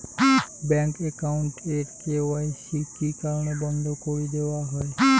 Bank account এর KYC কি কি কারণে বন্ধ করি দেওয়া হয়?